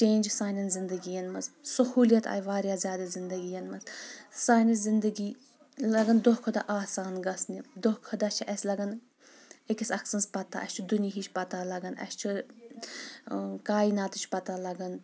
change سانٮ۪ن زندگی یَن منٛز سہوٗلیت آیہِ واریاہ زیادٕ زندگی یَن منٛز سانہِ زندگی لگان دۄہ کھۄ دۄہ آسان گژھنہِ دۄہ کھۄ دۄہ چھِ اسہِ لگان أکِس اکھ سٕنٛز پتہ اسہِ چھ دُنہِیٖچ پتہ لگان اسہِ چھِ کایناتٕچ پتہ لگان